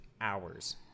hours